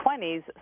20s